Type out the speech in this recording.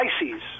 Pisces